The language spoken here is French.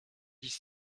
dix